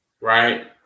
Right